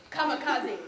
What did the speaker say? Kamikaze